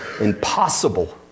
Impossible